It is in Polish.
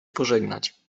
pożegnać